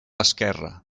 esquerre